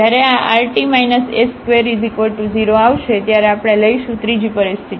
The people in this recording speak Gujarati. જ્યારે આ rt s20આવશે ત્યારે આપણે લઈશું ત્રીજી પરિસ્થિતિ